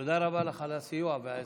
תודה רבה לך על הסיוע והעזרה,